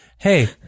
Hey